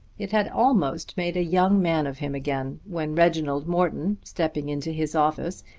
it had almost made a young man of him again when reginald morton, stepping into his office,